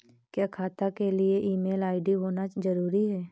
क्या खाता के लिए ईमेल आई.डी होना जरूरी है?